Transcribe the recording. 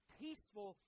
peaceful